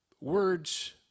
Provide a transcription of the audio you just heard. words